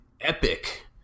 epic